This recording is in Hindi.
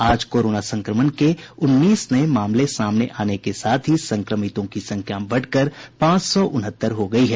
आज कोरोना संक्रमण के उन्नीस नये मामले सामने आने को साथ ही संक्रमितों की संख्या बढ़कर पांच सौ उनहत्तर हो गयी है